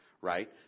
Right